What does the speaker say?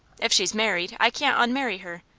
if she's married, i can't unmarry her,